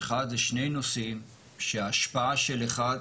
שני נושאים שהשפעה של אחד,